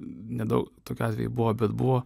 nedaug tokie atvejai buvo bet buvo